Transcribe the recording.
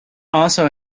also